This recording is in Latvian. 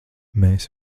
mēs